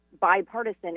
bipartisan